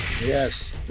Yes